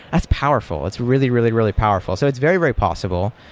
that's powerful. it's really, really, really powerful. so it's very, very possible.